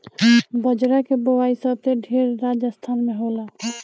बजरा के बोआई सबसे ढेर राजस्थान में होला